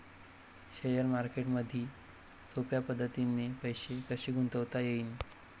Share मार्केटमधी सोप्या पद्धतीने पैसे कसे गुंतवता येईन?